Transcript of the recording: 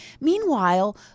Meanwhile